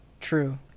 true